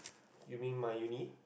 you mean my uni